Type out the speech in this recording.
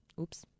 Oops